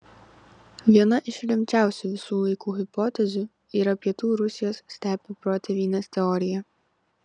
viena iš rimčiausių visų laikų hipotezių yra pietų rusijos stepių protėvynės teorija